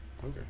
Okay